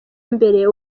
imbere